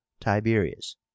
Tiberius